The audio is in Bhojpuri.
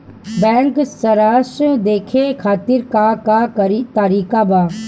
बैंक सराश देखे खातिर का का तरीका बा?